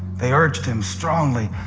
they urged him strongly,